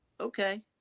okay